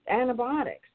antibiotics